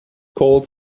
called